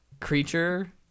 creature